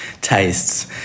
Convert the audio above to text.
tastes